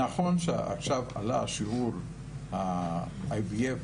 נכון שעכשיו עלה השיעור של IVF